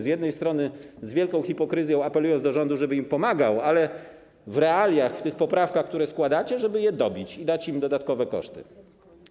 Z jednej strony z wielką hipokryzją apelujecie do rządu, żeby im pomagał, ale w realiach, w tych poprawkach, które składacie, żeby je dobić i dać im dodatkowe koszty.